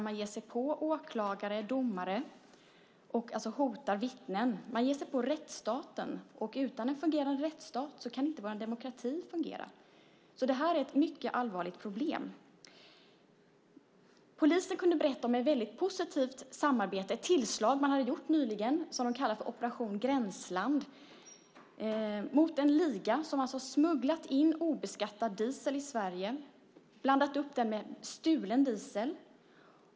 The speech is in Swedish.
Man ger sig på åklagare och domare och hotar vittnen. Man ger sig på rättsstaten. Utan en fungerande rättsstat kan inte vår demokrati fungera, så det här är ett mycket allvarligt problem. Polisen kunde berätta om ett positivt samarbete vid ett tillslag som man nyligen hade gjort - man kallade det för Operation gränsland - mot en liga som hade smugglat in obeskattad diesel till Sverige och blandat upp den med stulen diesel.